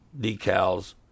decals